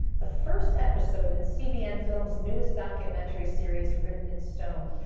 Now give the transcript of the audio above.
the first episode in cbn films newest documentary series written in stone.